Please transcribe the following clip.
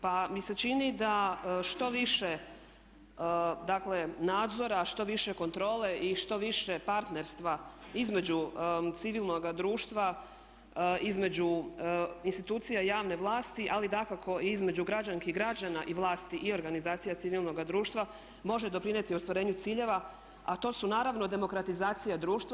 Pa mi se čini da što više, dakle nadzora, što više kontrole i što više partnerstva između civilnoga društva, između institucija javne vlasti ali dakako i između građanki i građana i vlasti i organizacija civilnoga društva može doprinijeti ostvarenju ciljeva, a to su naravno demokratizacija društva.